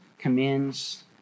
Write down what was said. commends